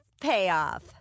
payoff